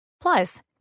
Plus